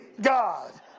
God